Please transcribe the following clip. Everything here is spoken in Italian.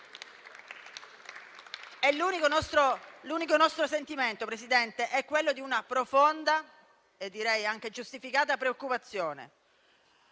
L'unico nostro sentimento, Presidente, è quello di una profonda - e direi anche giustificata - preoccupazione.